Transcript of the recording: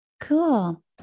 Cool